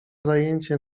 zajęcie